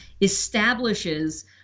establishes